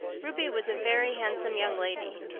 ruby was a very handsome young lady,